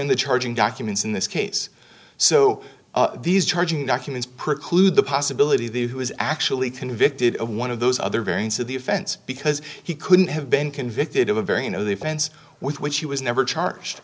in the charging documents in this case so these charging documents preclude the possibility the who is actually convicted of one of those other variants of the offense because he couldn't have been convicted of a very you know the offense with which he was never charged